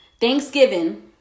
Thanksgiving